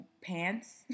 pants